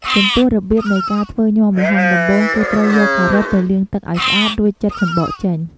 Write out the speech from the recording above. ចំំពោះរបៀបនៃការធ្វើញាំល្ហុង ដំបូងគេត្រូវយកការ៉ុតទៅលាងទឹកឱ្យស្អាត រួចចិតសំបកចេញ។